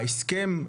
ההסכם,